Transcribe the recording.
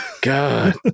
God